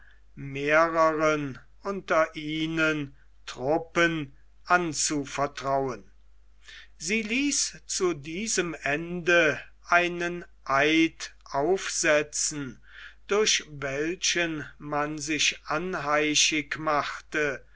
mehreren unter ihnen truppen anzuvertrauen sie ließ zu diesem ende einen eid aufsetzen durch welchen man sich anheischig machte